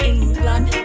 England